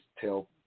tell